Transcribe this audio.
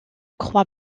croix